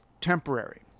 temporary